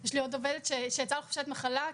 יש לי עוד עובדת שיצאה לחופשת מחלה,